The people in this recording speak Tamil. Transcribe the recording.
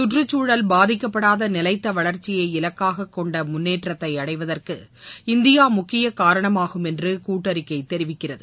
கற்றுச்சூழல் பாதிக்கப்படாத நிலைத்த வளர்ச்சியை இலக்காக கொண்ட முன்னேற்றத்தை அடைவதற்கு இந்தியா முக்கிய காரணமாகும் என்று கூட்டறிக்கை தெரிவிக்கிறது